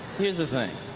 here is the thing.